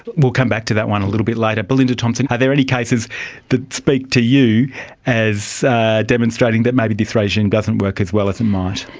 we'll come back to that one little bit later. belinda thompson, are there any cases that speak to you as demonstrating that maybe this regime doesn't work as well as it and might?